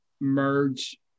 merge